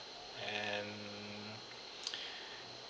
and